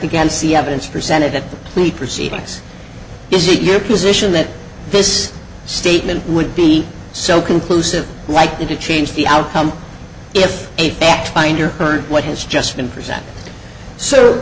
see evidence presented at the plea proceedings is it your position that this statement would be so conclusive likely to change the outcome if a fact finder heard what has just been presented so